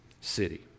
city